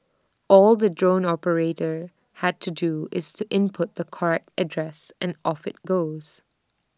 all the drone operator has to do is to input the correct address and off IT goes